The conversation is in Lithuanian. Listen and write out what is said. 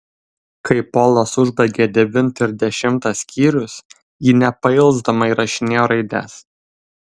kai polas užbaigė devintą ir dešimtą skyrius ji nepailsdama įrašinėjo raides